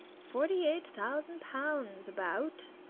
forty-eight thousand pounds, about?